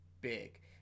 big